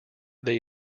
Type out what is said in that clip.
they